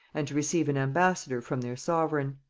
and to receive an ambassador from their sovereign.